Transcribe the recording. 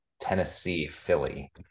Tennessee-Philly